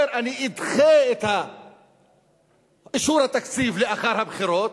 אומר: אדחה את אישור התקציב אחרי הבחירות,